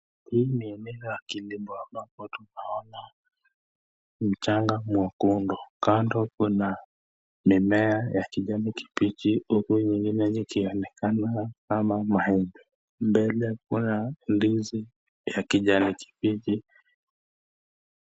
Hii ni eneo la kilimo ambapo tunaona mchanga mwekundu. Kando kuna mimea ya kijani kibichi huku zingine zikionekana kama mahindi. Mbele kuna ndizi ya kijani kibichi.